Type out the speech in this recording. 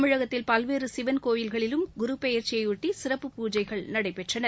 தமிழகத்தில் பல்வேறு சிவன் கோயில்களிலும் குருபெயர்ச்சியைபொட்டி சிறப்பு பூஜைகள் நடைபெற்றன